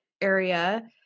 area